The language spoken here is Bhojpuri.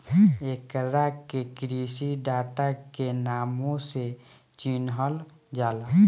एकरा के कृषि डाटा के नामो से चिनहल जाला